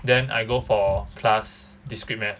then I go for class discrete math